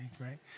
right